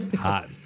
Hot